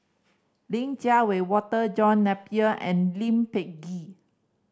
Li Jiawei Walter John Napier and Lee Peh Gee